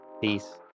peace